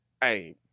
hey